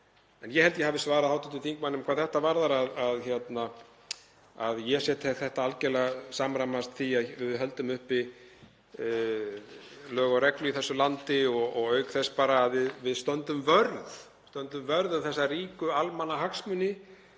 Ég held ég hafi svarað hv. þingmanni hvað þetta varðar. Ég tel þetta algjörlega samræmast því að við höldum uppi lögum og reglu í þessu landi og auk þess að við stöndum vörð um þá ríku almannahagsmuni